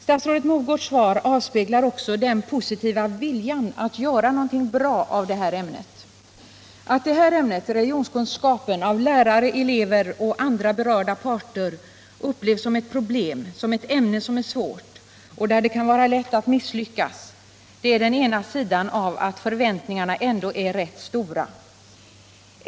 Statsrådet Mogårds svar avspeglar också den positiva viljan att göra någonting bra av det här ämnet. Att ämnet religionskunskap av lärare, elever och andra berörda parter upplevs som ett problem, som ett svårt ämne där det kan vara lätt att misslyckas, är den ena sidan av att förväntningarna ändå är rätt stora.